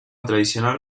tradicional